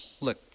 Look